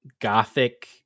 gothic